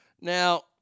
Now